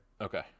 Okay